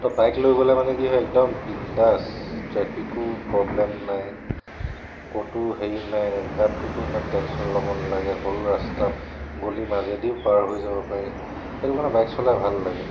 ত' bike লৈ গ'লে মানে কি হয় একদম বিন্দাছ ট্ৰেফিকো প্ৰব্লেম নাই ক'তো হেৰি নাই গাঁত গোটো ইমান টেনশ্যন ল'ব নালাগে সৰু ৰাস্তা গলি মাজেদিও পাৰ হৈ যাব পাৰি সেইটো কাৰণে বাইক চলাই ভাল লাগে